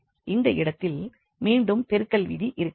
இந்த இடத்தில் மீண்டும் பெருக்கல் விதி இருக்கிறது